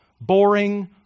boring